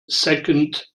second